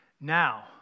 now